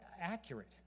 accurate